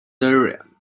durham